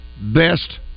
best